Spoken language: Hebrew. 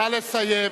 נא לסיים.